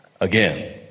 Again